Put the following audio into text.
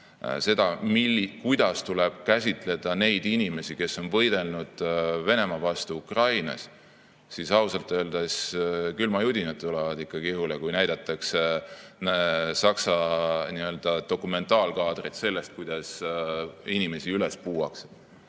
seda, kuidas tuleb käsitleda neid inimesi, kes on võidelnud Venemaa vastu Ukrainas, toob ausalt öeldes ikkagi külmajudinad ihule. Seal näidatakse Saksa dokumentaalkaadreid sellest, kuidas inimesi üles puuakse